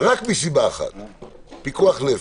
רק מסיבה אחת והיא פיקוח נפש.